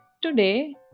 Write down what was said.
today